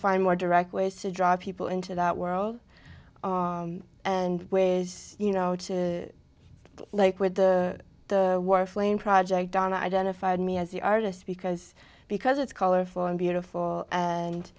find more direct ways to draw people into that world and ways you know to like with the war flame project on identified me as the artist because because it's colorful and beautiful and